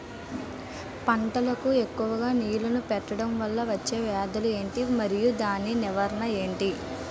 పంటలకు ఎక్కువుగా నీళ్లను పెట్టడం వలన వచ్చే వ్యాధులు ఏంటి? మరియు దాని నివారణ ఏంటి?